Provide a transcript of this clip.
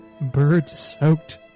bird-soaked